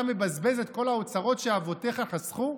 אתה מבזבז את כל האוצרות שאבותיך חסכו?